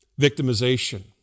Victimization